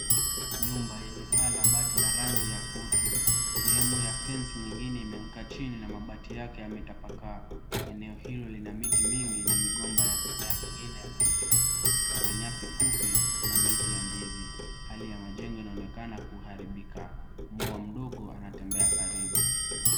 Nyumba yenye paa la bati la rangi ya kutu sehemu ya fensi nyingine imeanguka chini na mabati yake yametapakaa. Eneo hilo lina miti mingi na migomba ya mimea mingine ya misitu. Kuna nyasi fupi na miti ya ndizi. Hali ya majengo inaonekana kuharibika. Mbwa mdogo anatembea karibu.